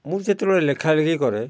ମୁଁ ଯେତେବେଳେ ଲେଖାଲେଖି କରେ